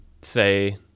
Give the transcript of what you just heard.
say